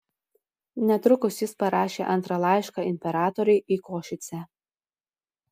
netrukus jis parašė antrą laišką imperatoriui į košicę